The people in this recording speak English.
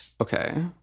okay